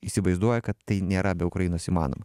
įsivaizduoja kad tai nėra be ukrainos įmanoma